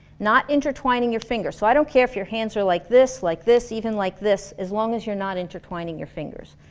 not intertwining your fingers, so i don't care if your hands are like this, like this, even like this as long as you're not intertwining your fingers.